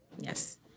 Yes